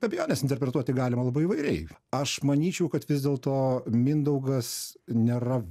be abejonės interpretuoti galima labai įvairiai aš manyčiau kad vis dėlto mindaugas nėra